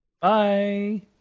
bye